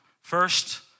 First